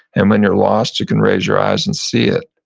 and when you're lost, you can raise your eyes and see it.